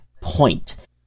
point